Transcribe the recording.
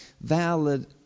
valid